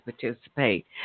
participate